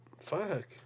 Fuck